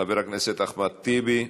חבר הכנסת אחמד טיבי,